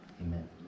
Amen